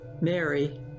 Mary